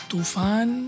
Tufan